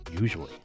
usually